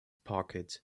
pocket